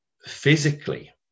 physically